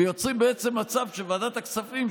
ויוצרים בעצם מצב שוועדת הכספים,